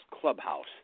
clubhouse